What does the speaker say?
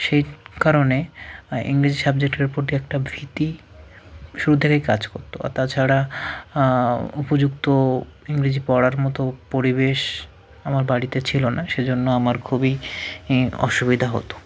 সেই কারণে ইংরেজি সাবজেক্টের প্রতি একটা ভীতি শুরু থেকেই কাজ করতো আর তাছাড়া উপযুক্ত ইংরেজি পড়ার মতো পরিবেশ আমার বাড়িতে ছিল না সেজন্য আমার খুবই ই অসুবিধা হতো